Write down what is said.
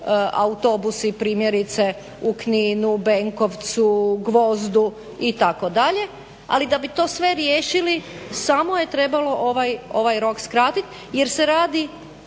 autobusi primjerice u Kninu, Benkovcu, Gvozdu itd. Ali da bi to sve riješili samo je trebalo ovaj rok skratit jer se radi